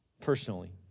personally